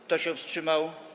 Kto się wstrzymał?